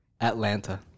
Atlanta